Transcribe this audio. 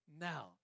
Now